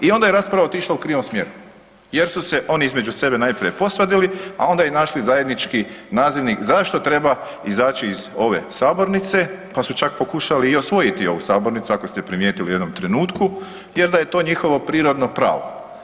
I onda je rasprava otišla u krivom smjeru jer su se oni između sebe najprije posvadili a onda i našli zajednički nazivnik zašto treba izaći iz ove sabornice pa su čak pokušali i osvojiti ovu sabornicu ako ste primijetili u jednom trenutku jer da je to njihovo prirodno pravo.